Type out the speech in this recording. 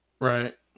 Right